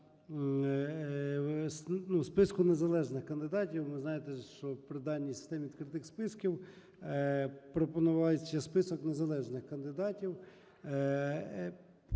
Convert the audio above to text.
списку незалежних кандидатів. Ви знаєте, що при даній системі відкритих списків пропонували ще список незалежних кандидатів.